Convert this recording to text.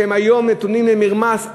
שהם היום נתונים למרמס.